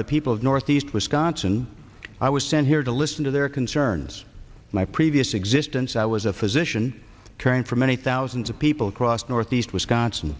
the people of northeast wisconsin i was sent here to listen to their concerns my previous existence i was a physician caring for many thousands of people across northeast wisconsin